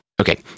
Okay